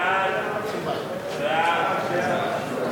חוק הפטנטים (תיקון מס' 8), התשע"א 2011, נתקבל.